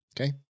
Okay